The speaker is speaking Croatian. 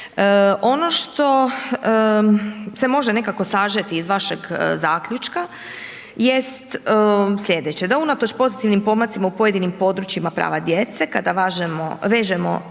Ono što se može nekako sažeti iz vašeg zaključka, jest sljedeće, da unatoč pozitivnim pomacima u pojedinim područja prava djece, kada vežemo,